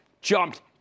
jumped